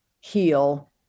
heal